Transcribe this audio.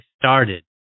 started